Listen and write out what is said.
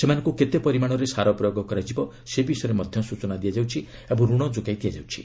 ସେମାନଙ୍କୁ କେତେ ପରିମାଣରେ ସାର ପ୍ରୟୋଗ କରାଯିବ ସେ ବିଷୟରେ ସୂଚନା ଦିଆଯାଉଛି ଏବଂ ଋଣ ଯୋଗାଇ ଦିଆଯାଉଛି